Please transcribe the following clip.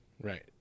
right